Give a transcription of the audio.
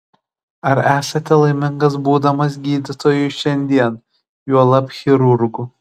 ar esate laimingas būdamas gydytoju šiandien juolab chirurgu